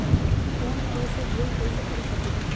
Phone पे से gold कईसे खरीद सकीले?